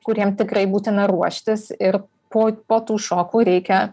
kuriem tikrai būtina ruoštis ir po po tų šokų reikia